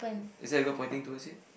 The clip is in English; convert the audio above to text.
is there a girl pointing towards it